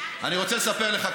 אני רוצה לספר לך,